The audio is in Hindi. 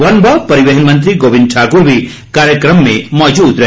वन व परिवहन मंत्री गोबिंद ठाकुर भी कार्यक्रम में मौजूद रहे